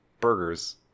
Burgers